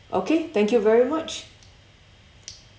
okay thank you very much